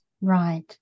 Right